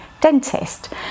dentist